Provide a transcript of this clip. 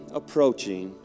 approaching